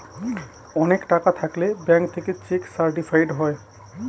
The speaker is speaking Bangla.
অনেক টাকা থাকলে ব্যাঙ্ক থেকে চেক সার্টিফাইড হয়